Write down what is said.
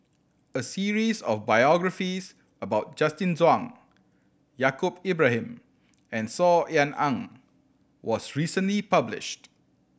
a series of biographies about Justin Zhuang Yaacob Ibrahim and Saw Ean Ang was recently published